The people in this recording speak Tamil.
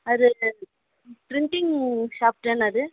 அது ப்ரிண்ட்டிங் ஷாப்தானே அது